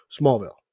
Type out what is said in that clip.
Smallville